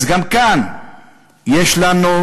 אז גם כאן יש לנו,